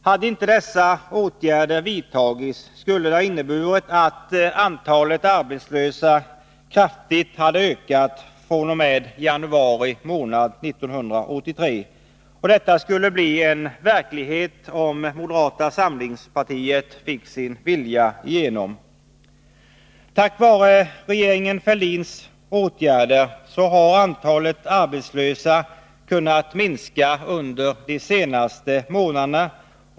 Hade inte dessa åtgärder vidtagits, skulle antalet arbetslösa ha ökat kraftigt fr.o.m. januari månad 1983. Det hade blivit verklighet, om moderata samlingspartiet hade fått sin vilja igenom. Tack vare regeringen Fälldins åtgärder har antalet arbetslösa kunnat minska under de senaste månaderna.